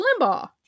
Limbaugh